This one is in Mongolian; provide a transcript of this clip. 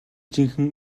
жинхэнэ